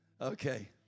okay